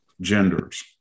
genders